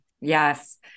Yes